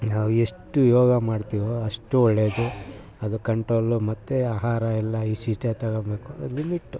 ನಾವು ಎಷ್ಟು ಯೋಗ ಮಾಡ್ತೀವೋ ಅಷ್ಟು ಒಳ್ಳೆಯದು ಅದು ಕಂಟ್ರೋಲು ಮತ್ತು ಆಹಾರ ಎಲ್ಲ ಇಷ್ಟಿಷ್ಟೇ ತಗೊಳ್ಬೇಕು ಲಿಮಿಟ್ಟು